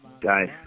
Guys